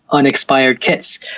unexpired kits.